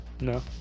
No